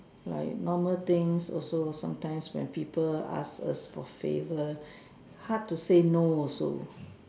like normal things also sometimes when people ask us for favor hard to say no also